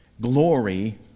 glory